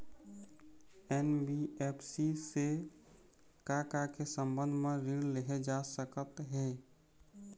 NBFC से का का के संबंध म ऋण लेहे जा सकत हे?